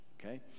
okay